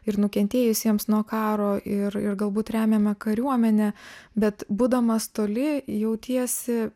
ir nukentėjusiems nuo karo ir ir galbūt remiame kariuomenę bet būdamas toli jautiesi